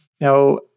Now